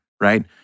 right